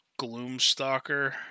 Gloomstalker